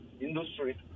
industry